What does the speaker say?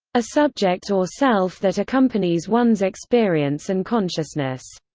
a subject or self that accompanies one's experience and consciousness.